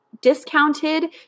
discounted